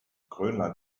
grönland